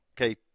okay